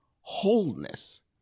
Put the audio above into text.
wholeness